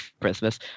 Christmas